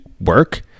work